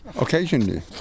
Occasionally